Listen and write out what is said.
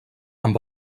amb